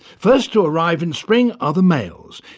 first to arrive in spring are the males.